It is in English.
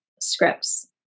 scripts